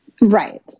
Right